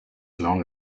long